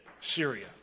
Syria